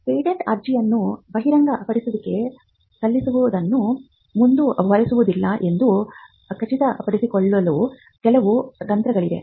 patent ಅರ್ಜಿಯನ್ನು ಬಹಿರಂಗಪಡಿಸುವಿಕೆಯ ಸಲ್ಲಿಸುವುದನ್ನು ಮುಂದುವರಿಸುವುದಿಲ್ಲ ಎಂದು ಖಚಿತಪಡಿಸಿಕೊಳ್ಳಲು ಕೆಲವು ತಂತ್ರಗಳಿವೆ